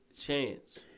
chance